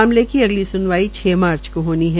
मामले की अगली स्नवाई छ मार्च को होनी है